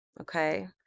okay